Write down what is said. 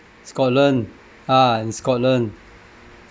scotland ah in scotland